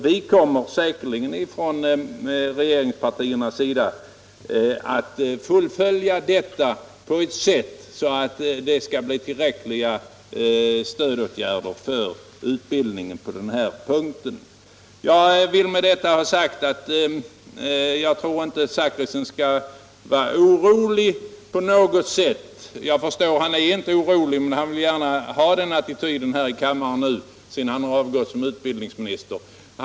Vi kommer säkerligen från regeringspartiernas sida att fullfölja detta på ett sådant sätt att det blir tillräckliga stödåtgärder för utbildningen på denna punkt. Med detta vill jag ha sagt att jag inte tror att herr Zachrisson behöver vara orolig på något sätt i det här sammanhanget. Jag förstår att han inte är orolig men att han nu gärna vill ha den attityden här i kammaren, sedan han avgått som utbildningsminister.